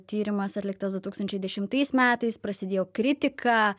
tyrimas atliktas du tūkstančiai dešimtais metais prasidėjo kritika